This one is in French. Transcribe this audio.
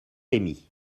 rémy